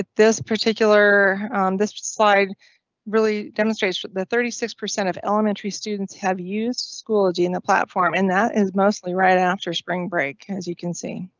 this particular this slide really demonstrates the thirty six percent of elementary students have used schoology in the platform, and that is mostly right after spring break. as you can see.